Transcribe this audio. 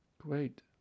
Great